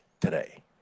today